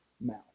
mouth